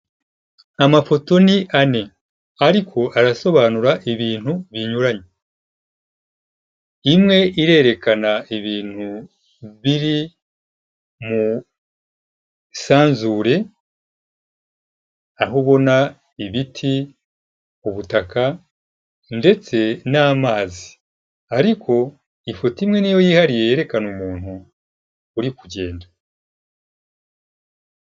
Amafoto ni ane, ariko arasobanura ibintu binyuranye, imwe irerekana ibintu biri mu isanzure, aho ubona ibiti, ubutaka ndetse n'amazi, ariko ifoto imwe ni yo yihariye yerekana umuntu uri kugenda.